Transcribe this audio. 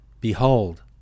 Behold